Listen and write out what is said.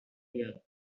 young